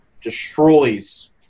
destroys